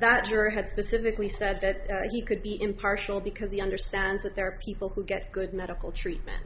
that juror had specifically said that he could be impartial because he understands that there are people who get good medical treatment